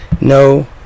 no